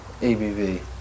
ABV